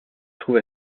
trouve